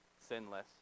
sinless